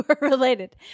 related